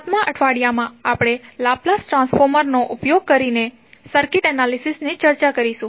7 મા અઠવાડિયામાં આપણે લાપ્લાસ ટ્રાન્સફોર્મર નો ઉપયોગ કરીને સર્કિટ એનાલિસિસ ની ચર્ચા કરીશું